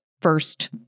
first